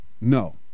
no